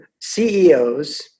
CEOs